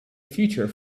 future